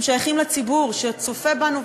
הם שייכים לציבור שצופה בנו,